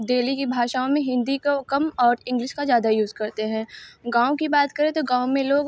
daily की भाषाओं में हिन्दी को कम और इंग्लिश का ज़्यादा यूज़ करते हैं गाँव की बात करें तो गाँव में लोग